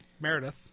Meredith